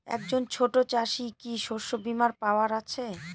একজন ছোট চাষি কি শস্যবিমার পাওয়ার আছে?